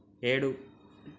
ఏడు